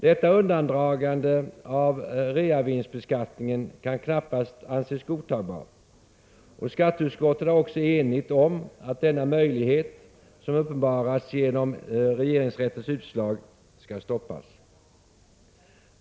Detta undandragande av reavinstsbeskattningen kan knappast anses godtagbart, och skatteutskottet är också enigt om att denna möjlighet, som uppenbarats genom regeringsrättens utslag, skall stoppas.